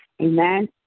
Amen